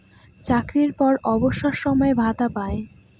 চাকরির পর অবসর সময়ে ভাতা পায়